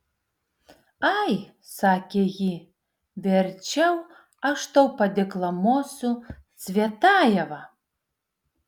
ai sakė ji verčiau aš tau padeklamuosiu cvetajevą